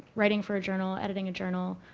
writing for a journal, editing a journal,